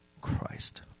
Christ